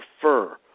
prefer